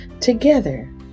Together